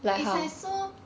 it's like so